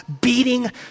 beating